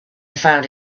found